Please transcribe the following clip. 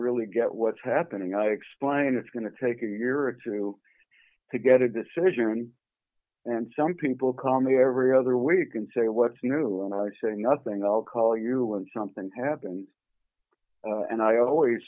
really get what's happening i explained it's going to take a year or two to get a decision and some people call me every other week and say what's new and i say nothing else call you when something happens and i always